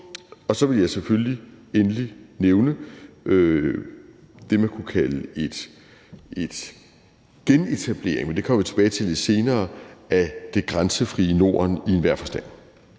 på. Så vil jeg selvfølgelig endelig nævne det, man kunne kalde en genetablering – men det kommer vi tilbage til lidt senere – af det grænsefrie Norden i enhver forstand,